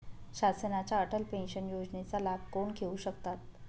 शासनाच्या अटल पेन्शन योजनेचा लाभ कोण घेऊ शकतात?